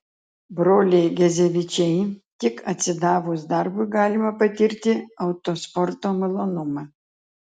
broliai gezevičiai tik atsidavus darbui galima patirti autosporto malonumą